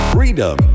Freedom